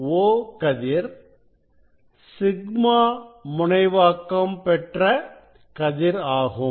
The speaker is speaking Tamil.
O கதிர் σ முனைவாக்கம் பெற்ற கதிர் ஆகும்